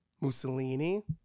Mussolini